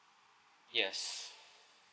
yes